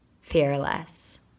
fearless